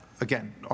again